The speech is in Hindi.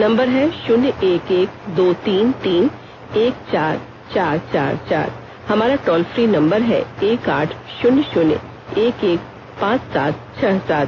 नंबर है शन्य एक एक दो तीन तीन एक चार चार चार चार चार हमारा टोल फ्री नंबर है एक आठ शून्य शून्य एक एक पांच सात छह सात